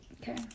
Okay